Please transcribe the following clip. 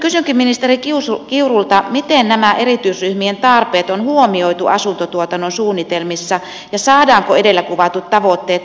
kysynkin ministeri kiurulta miten nämä erityisryhmien tarpeet on huomioitu asuntotuotannon suunnitelmissa ja saadaanko edellä kuvatut tavoitteet toteutumaan